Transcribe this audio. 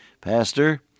pastor